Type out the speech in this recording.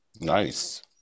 Nice